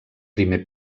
primer